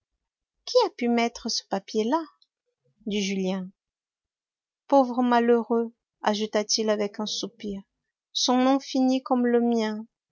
qui a pu mettre ce papier là dit julien pauvre malheureux ajouta-t-il avec un soupir son nom finit comme le mien